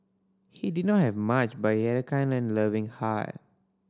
he did not have much but he had a kind and loving heart